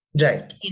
Right